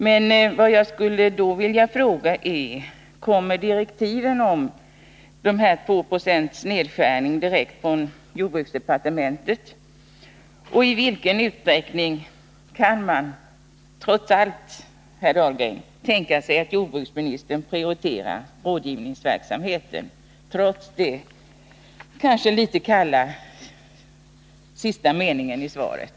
Men jag skulle vilja fråga: Kommer direktiven om en nedskärning med 2 Yo direkt från jordbruksdepartementet? Och i vilken utsträckning kan man tänka sig att jordbruksministern prioriterar rådgivningsverksamheten — trots det litet kyliga beskedet i sista meningen i svaret?